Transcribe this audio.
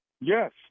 Yes